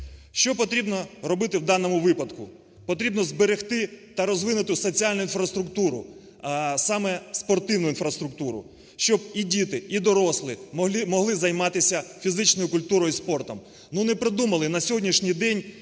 Що потрібно робити в даному випадку? Потрібно зберегти та розвинути соціальну інфраструктуру, а саме спортивну інфраструктуру, щоб і діти, і дорослі могли займатися фізичною культурою і спортом.